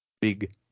big